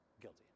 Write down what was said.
guilty